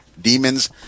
demons